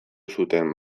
zuten